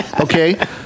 okay